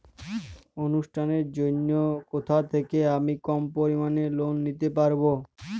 অনুষ্ঠানের জন্য কোথা থেকে আমি কম পরিমাণের লোন নিতে পারব?